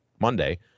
monday